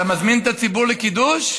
אתה מזמין את הציבור לקידוש?